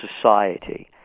society